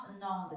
known